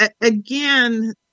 Again